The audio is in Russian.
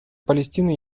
палестина